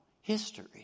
history